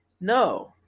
No